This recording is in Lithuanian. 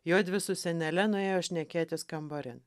juodvi su senele nuėjo šnekėtis kambarin